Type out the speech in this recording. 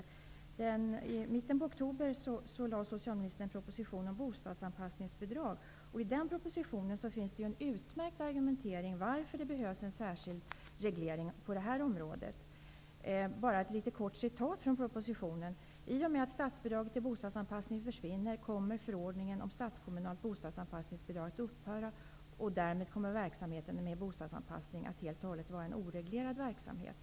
I mitten av oktober lade socialministern fram en proposition om bostadsanpassningsbidrag, och i den propositionen finns det en utmärkt argumentering för att det behövs en särskild reglering på det här området. Fru talman! Ett kort citat från propositionen: I och med att statsbidraget till bostadsanpassning försvinner kommer förordningen om statskommunalt bostadsanpassningsbidrag att upphöra och därmed kommer verksamheten med bostadsanpassning att helt och hållet vara en oreglerad verksamhet.